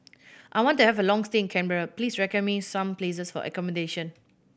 I want to have a long stay in Canberra please recommend me some places for accommodation